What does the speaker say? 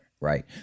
Right